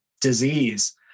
disease